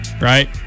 Right